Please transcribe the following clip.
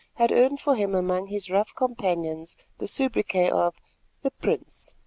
had earned for him among his rough companions the soubriquet of the prince.